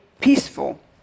peaceful